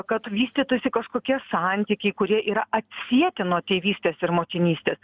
kad vystytųsi kažkokie santykiai kurie yra atsieti nuo tėvystės ir motinystės